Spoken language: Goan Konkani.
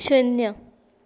शुन्य